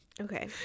okay